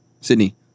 Sydney